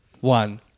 one